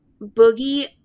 boogie